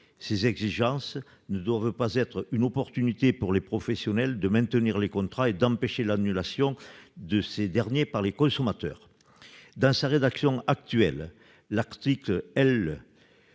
Ces exigences ne doivent pas être l'occasion pour les professionnels de maintenir des contrats et d'empêcher leur annulation par les consommateurs. Dans sa rédaction actuelle, l'article L.